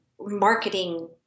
marketing